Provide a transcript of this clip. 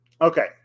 Okay